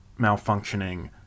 malfunctioning